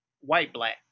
white-black